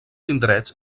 indrets